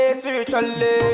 spiritually